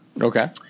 Okay